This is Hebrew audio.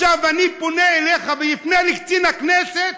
ועכשיו אני פונה אליך ואפנה לקצין הכנסת,